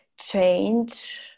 change